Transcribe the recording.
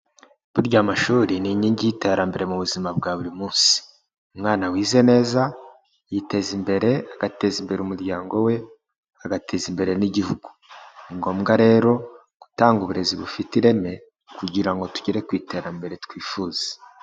Burya amashuri ni inkingi y'iterambere mu buzima bwa buri munsi, umwana wize neza yiteza imbere agateza imbere umuryango we, agateza imbere n'igihugu, ni ngombwa rero gutanga uburezi bufite ireme, kugira ngo tugere ku iterambere twifuza.